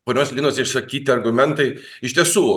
ponios linos išsakyti argumentai iš tiesų